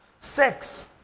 sex